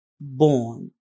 born